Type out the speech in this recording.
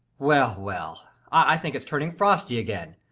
well, well, i think it's turning frosty again.